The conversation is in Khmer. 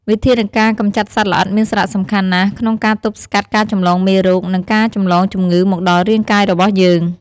វិធានការកំចាត់សត្វល្អិតមានសារៈសំខាន់ណាស់ក្នុងការទប់ស្កាត់ការចម្លងមេរោគ និងការចម្លងជំងឺមកដល់រាងកាយរបស់យើង។